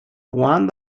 one